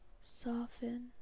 soften